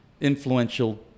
influential